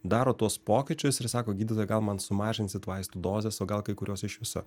daro tuos pokyčius ir sako gydytojau gal man sumažinsit vaistų dozės o gal kai kuriuos iš viso